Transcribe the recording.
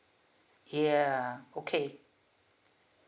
yeah okay